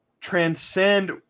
transcend